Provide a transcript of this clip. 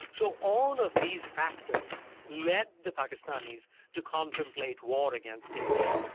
so all of these factors led the pakistanis to contemplate war against india,